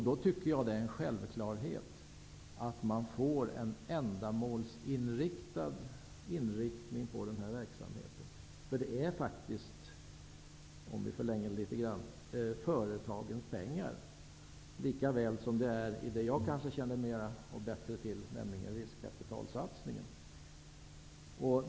Då tycker jag att det är självklart att man skall ha en ändamålsinriktad verksamhet. Det är ju faktiskt, om vi förlänger resonemanget litet grand, företagens pengar, lika väl som det är i det jag kanske känner bättre till, nämligen riskkapitalsatsningen.